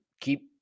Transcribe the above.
keep